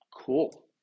Cool